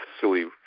silly